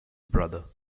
brother